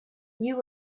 you